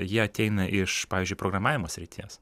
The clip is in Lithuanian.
jie ateina iš pavyzdžiui programavimo srities